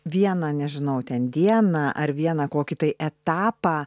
vieną nežinau ten dieną ar vieną kokį tai etapą